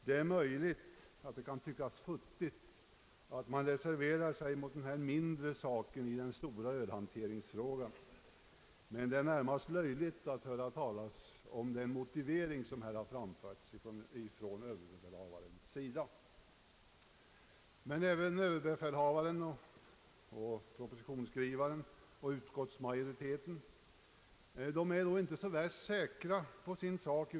Det kan möjligen tyckas futtigt att man reserverar sig mot denna mindre sak i den stora ölhanteringsfrågan, men det är närmast löjligt att höra talas om den motivering som överbefälhavaren här har framfört. Varken överbefälhavaren, propositionsskrivaren eller utskottsmajoriteten är dock så värst säkra på sin sak.